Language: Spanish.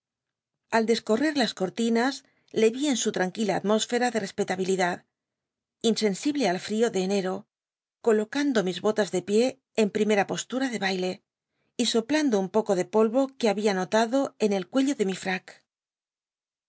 al tlcscoi'i'cr las cortinas le vi en su lmnquila atmósl'tra de l l lt'lahilidad insensible al frío de cncro colocando ni bolas de pié en primcra postui'a rlc baile y opl uuln un poco de poho qu e babia notado en cltl'llo de mi